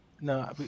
no